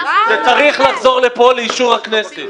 זה צריך לחזור לפה, לאישור הכנסת.